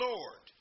Lord